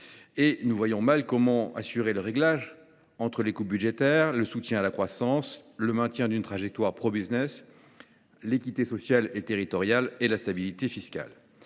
an. Nous voyons mal comment assurer le réglage entre les coupes budgétaires, le soutien à la croissance, le maintien d’une trajectoire pro business, l’équité sociale et territoriale et la stabilité fiscale.